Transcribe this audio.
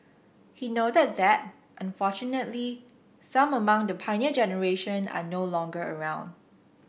he noted that unfortunately some among the Pioneer Generation are no longer around